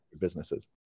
businesses